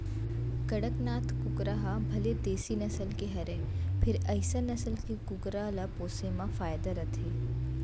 कड़कनाथ कुकरा ह भले देसी नसल के हरय फेर अइसन नसल के कुकरा ल पोसे म फायदा रथे